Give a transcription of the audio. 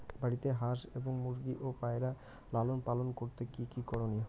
বাড়িতে হাঁস এবং মুরগি ও পায়রা লালন পালন করতে কী কী করণীয়?